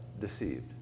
deceived